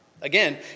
Again